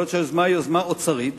יכול להיות שהיוזמה היא יוזמה אוצרית,